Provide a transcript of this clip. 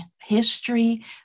history